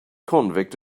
convict